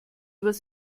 was